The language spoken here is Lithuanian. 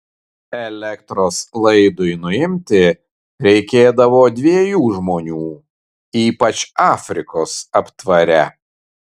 elektros laidui nuimti reikėdavo dviejų žmonių ypač afrikos aptvare